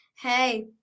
hey